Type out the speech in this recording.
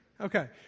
Okay